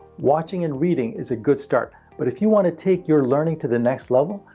watching and reading is a good start, but if you want to take your learning to the next level,